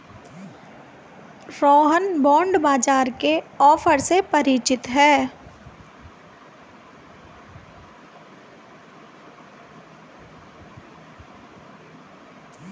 Rohan bond बाजार के offer से परिचित है